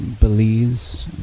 Belize